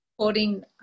supporting